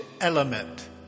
element